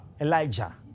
Elijah